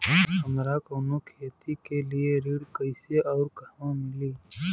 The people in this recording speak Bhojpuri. हमरा कवनो खेती के लिये ऋण कइसे अउर कहवा मिली?